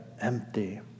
empty